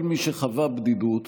כל מי שחווה בדידות